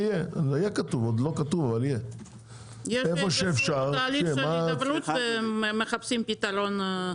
יש תהליך של הידברות ומחפשים פתרון.